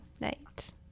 night